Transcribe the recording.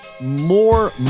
more